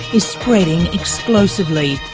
is spreading explosively.